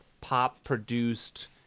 pop-produced